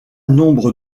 nombre